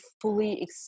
fully